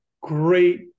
great